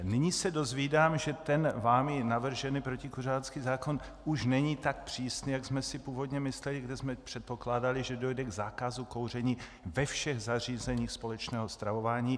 Nyní se dozvídám, že vámi navržený protikuřácký zákon už není tak přísný, jak jsme si původně mysleli, kde jsme předpokládali, že dojde k zákazu kouření ve všech zařízeních společného stravování.